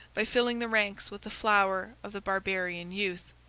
by filling the ranks with the flower of the barbarian youth.